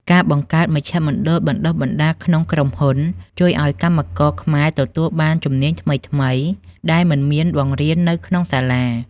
ការបង្កើត មជ្ឈមណ្ឌលបណ្តុះបណ្តាល ក្នុងក្រុមហ៊ុន ជួយឱ្យកម្មករខ្មែរទទួលបានជំនាញថ្មីៗ ដែលមិនមានបង្រៀននៅក្នុងសាលា។